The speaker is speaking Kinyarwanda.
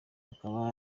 bakaba